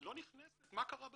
"לא נכנסת מה קרה בסוף".